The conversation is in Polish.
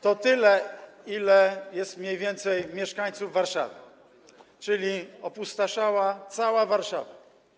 To tyle, ile jest mniej więcej mieszkańców Warszawy, czyli opustoszała cała Warszawa.